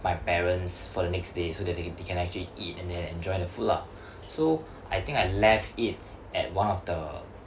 my parents for the next day so that they can they can actually eat and then enjoy the food lah so I think I left it at one of the